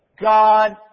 God